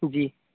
جی